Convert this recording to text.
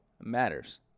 matters